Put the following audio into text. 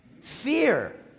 Fear